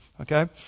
Okay